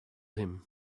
him